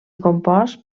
compost